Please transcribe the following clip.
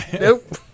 Nope